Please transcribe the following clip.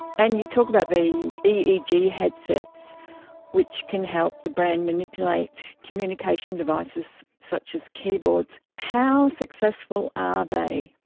and you talk about the eeg headsets which can help the brain manipulate communication devices such as keyboards. how successful are they?